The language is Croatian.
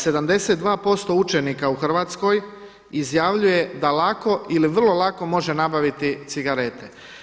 72% učenika u Hrvatskoj izjavljuje da lako ili vrlo lako može nabaviti cigarete.